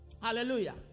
Hallelujah